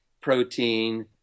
protein